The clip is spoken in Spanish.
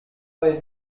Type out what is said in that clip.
vez